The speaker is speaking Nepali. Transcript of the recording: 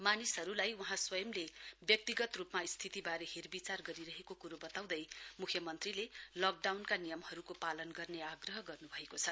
मानिसहरुलाई वहाँ स्वयंले व्यक्तिगत रुपमा स्थितिवारे हेरविचार गरिहेको कुरो वताउँदै मुख्यमन्त्रीले लकडाउनका नियमहरुको पालन गर्ने आग्रह गर्नुभएको छ